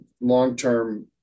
long-term